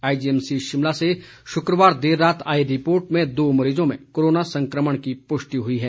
IGSC Shimla से शुक्रवार देर रात आई रिपोर्ट में दो मरीजों में कोरोना संक्रमण की पुष्टि हुई है